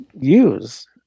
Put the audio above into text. use